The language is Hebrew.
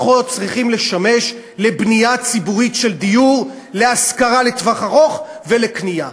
צריכים לשמש לבנייה ציבורית של דיור להשכרה לטווח ארוך ולקנייה.